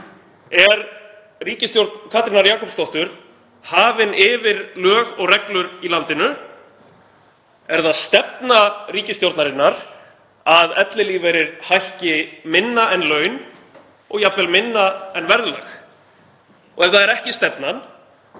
Er ríkisstjórn Katrínar Jakobsdóttur hafin yfir lög og reglur í landinu? Er það stefna ríkisstjórnarinnar að ellilífeyrir hækki minna en laun og jafnvel minna en verðlag? Og ef það er ekki stefnan,